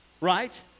right